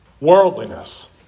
worldliness